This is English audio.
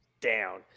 down